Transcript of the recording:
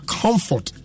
comfort